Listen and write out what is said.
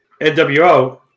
NWO